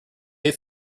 they